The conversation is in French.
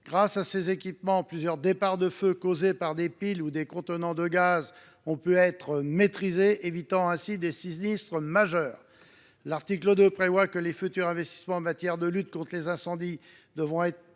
Grâce à ces équipements, plusieurs départs de feu causés par des piles ou des contenants de gaz ont pu être maîtrisés, évitant ainsi des sinistres majeurs. L’article 2 prévoit que les futurs investissements en matière de lutte contre les incendies devront être